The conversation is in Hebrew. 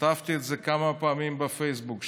כתבתי את זה כמה פעמים בפייסבוק שלי.